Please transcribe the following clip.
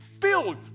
filled